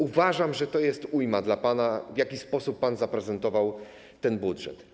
Uważam, że jest ujmą dla pana to, w jaki sposób pan zaprezentował ten budżet.